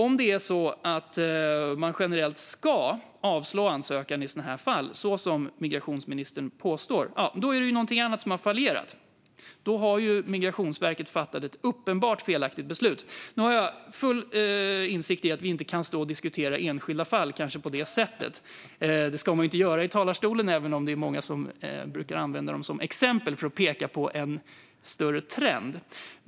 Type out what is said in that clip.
Om det är så att man generellt ska avslå ansökan i sådana här fall, som migrationsministern påstår, är det någonting annat som har fallerat. Då har Migrationsverket fattat ett uppenbart felaktigt beslut. Nu har jag full insikt i att vi kanske inte kan stå och diskutera enskilda fall på det sättet. Det ska man inte göra i talarstolen, även om det är många som brukar använda dem som exempel för att peka på en större trend.